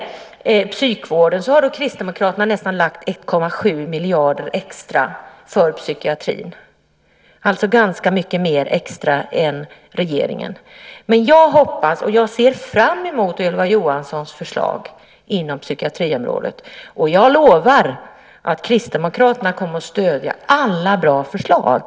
Kristdemokraterna har lagt nästan 1,7 miljarder extra på psykiatrin. Det är alltså ganska mycket mer än regeringen. Jag ser fram emot Ylva Johanssons förslag på psykiatriområdet. Jag lovar att Kristdemokraterna kommer att stödja alla bra förslag.